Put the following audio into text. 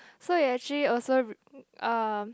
so it actually also re~ uh